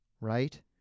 right